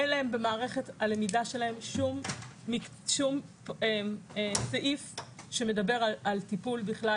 אין להן במערכת הלמידה שלהן שום סעיף שמדבר על טיפול בכלל